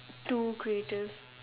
two creative